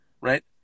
right